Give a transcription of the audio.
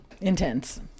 Intense